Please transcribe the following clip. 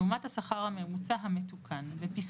לעומת השכר הממוצע המעודכן ב-1 בינואר.